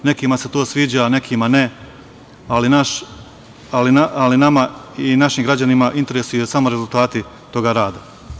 Nekima se to sviđa, nekima ne, ali nas i naše građane interesuju samo rezultati toga rada.